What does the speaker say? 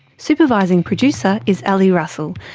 supervising producer is ali russell.